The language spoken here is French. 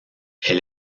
elle